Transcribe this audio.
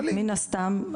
מן הסתם,